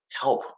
help